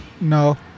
No